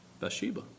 Bathsheba